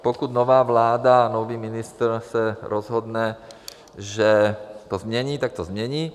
Pokud se nová vláda a nový ministr rozhodnou, že to změní, tak to změní.